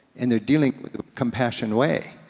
and they're dealing the compassion way.